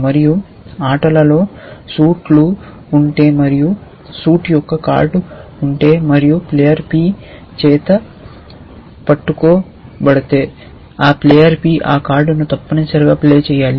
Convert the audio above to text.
మరియు ఆటలోని సూట్ లు ఉంటే మరియు సూట్ యొక్క కార్డు ఉంటే మరియు ప్లేయర్ పి చేత పట్టుకోబడితే ఆ ప్లేయర్ పి ఆ కార్డును తప్పనిసరిగా ప్లే చేయాలి